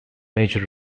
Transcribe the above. major